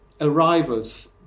arrivals